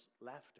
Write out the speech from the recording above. laughter